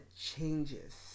changes